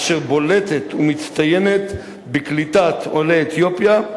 אשר בולטת ומצטיינת בקליטת עולי אתיופיה,